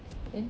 then